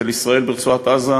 של ישראל ברצועת-עזה,